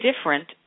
different